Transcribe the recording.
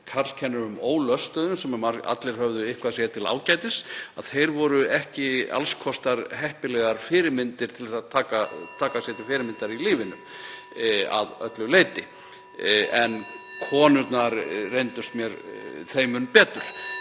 karlkennurum ólöstuðum, sem allir höfðu eitthvað sér til ágætis, að þeir voru ekki alls kostar heppilegar fyrirmyndir í (Forseti hringir.) lífinu að öllu leyti. En konurnar reyndust mér þeim mun betur.